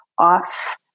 off